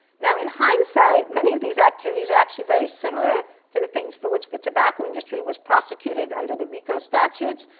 now in hindsight, many of these activities are actually very similar to the things for which the tobacco industry was prosecuted under the rico statutes,